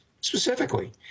Specifically